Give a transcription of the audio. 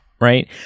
right